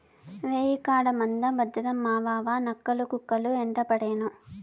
రేయికాడ మంద భద్రం మావావా, నక్కలు, కుక్కలు యెంటపడేను